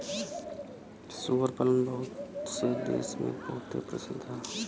सूअर पालन बहुत से देस मे बहुते प्रसिद्ध हौ